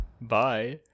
Bye